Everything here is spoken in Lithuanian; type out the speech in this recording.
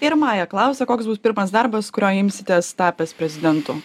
ir maja klausia koks bus pirmas darbas kurio imsitės tapęs prezidentu